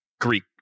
Greek